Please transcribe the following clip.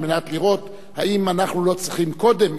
על מנת לראות האם אנחנו לא צריכים קודם,